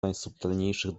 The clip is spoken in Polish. najsubtelniejszych